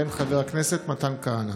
אחריו, אנטאנס שחאדה.